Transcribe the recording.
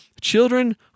children